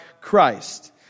Christ